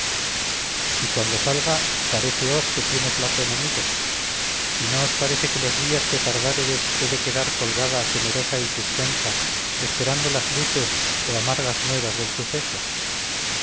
y cuando salga paréceos que tiene flaco enemigo y no os parece que los días que tardáredes he de quedar colgada temerosa y suspensa esperando las dulces o amargas nuevas del suceso